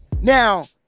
Now